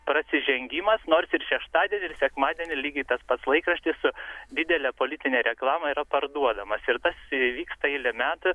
prasižengimas nors ir šeštadienį ir sekmadienį lygiai tas pats laikraštis su didele politine reklama yra parduodamas ir tas įvyksta eilę metų